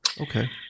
okay